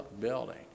building